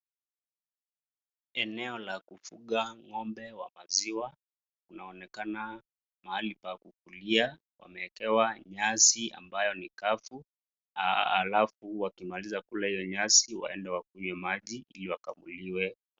Eneo la kufuga ng'ombe wa maziwa ,inaonekana mahali pa kukulia, wameekewa nyasi ambayo ni kavu halafu wakimaliza kula hiyo nyasi waende wakunywe maji ili wakaguliwe.